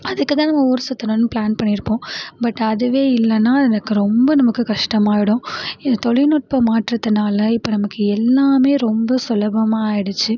அதுக்கு தான் நம்ம ஊர் சுத்தணும்னு ப்ளான் பண்ணிருப்போம் பட் அதுவே இல்லைனா அது எனக்கு ரொம்ப நமக்கு கஷ்டமாகிடும் இது தொழில்நுட்பம் மாற்றத்துனால் இப்போ நமக்கு எல்லாமே ரொம்ப சுலபமாக ஆகிடுச்சு